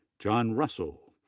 john russell,